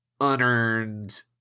unearned